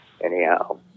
anyhow